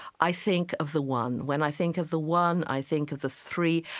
i think of the one. when i think of the one, i think of the three.